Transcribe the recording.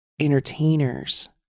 entertainers